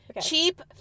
cheap